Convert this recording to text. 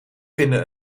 vinden